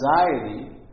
anxiety